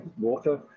water